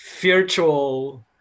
virtual